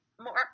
more